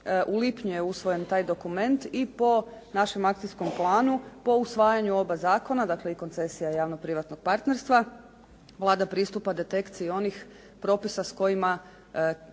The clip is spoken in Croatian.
U lipnju je usvojen taj dokument i po našem akcijskom planu po usvajanju oba zakona, dakle, i koncesija i javno-privatnog partnerstva, Vlada pristupa detekciji onih propisa s kojima